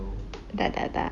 tak tak tak